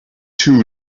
too